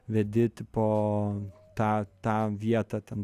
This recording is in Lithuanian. vedi tipo tą tą vietą ten